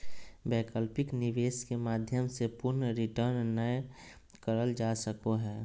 वैकल्पिक निवेश के माध्यम से पूर्ण रिटर्न नय करल जा सको हय